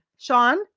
Sean